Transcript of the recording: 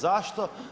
Zašto?